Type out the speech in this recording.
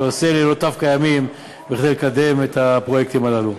שעושה לילותיו כימים כדי לקדם את הפרויקטים האלה.